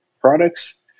products